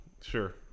Sure